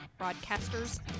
Broadcasters